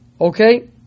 okay